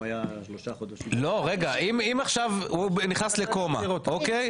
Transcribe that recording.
לא רגע, אם עכשיו הוא נכנס לקומה אוקי?